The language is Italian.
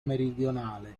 meridionale